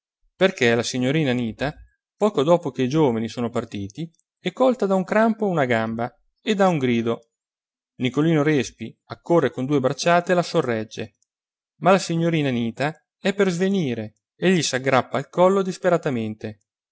perché la signorina anita poco dopo che i giovani sono partiti è colta da un crampo a una gamba e dà un grido nicolino respi accorre con due bracciate e la sorregge ma la signorina anita è per svenire e gli s'aggrappa al collo disperatamente